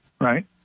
right